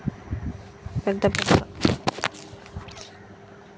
పెద్ద పెద్ద సదువులు సదివినోల్లు కూడా ఐ.బి.పీ.ఎస్ ఎగ్జాం రాసి బ్యేంకు ఉద్యోగాలకు వస్తున్నరు